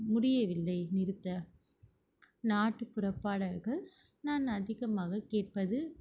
முடியவில்லை நிறுத்த நாட்டுப்புறப்பாடல்கள் நான் அதிகமாக கேட்பது